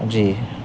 جی